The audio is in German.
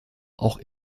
auch